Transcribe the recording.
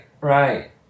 right